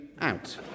out